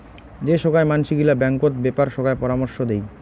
যে সোগায় মানসি গিলা ব্যাঙ্কত বেপার সোগায় পরামর্শ দেই